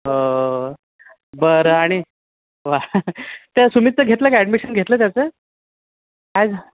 हो बरं आणि वा त्या सुमीतचं घेतलं का ॲडमिशन घेतलं त्याचं आज